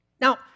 Now